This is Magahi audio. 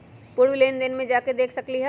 पूर्व लेन देन में जाके देखसकली ह?